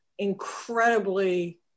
Incredibly